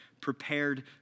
prepared